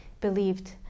believed